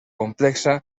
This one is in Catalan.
complexa